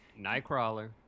Nightcrawler